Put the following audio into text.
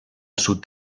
sud